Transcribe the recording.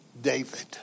David